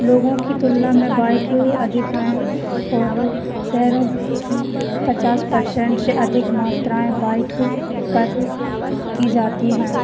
लोगों की तुलना में बाइक अधिक हैं और शहरों की पचास परशेंट से अधिक मात्राएँ बाइक पर की जाती हैं